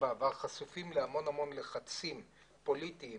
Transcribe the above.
הייתה חשופה להמון המון לחצים פוליטיים